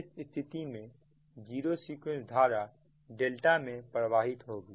इस स्थिति में जीरो सीक्वेंस धारा डेल्टा में प्रवाहित होगी